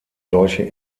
solche